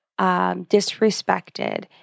disrespected